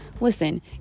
Listen